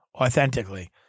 authentically